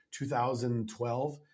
2012